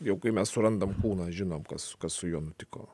jau kai mes surandam kūną žinom kas su juo nutiko